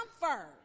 comfort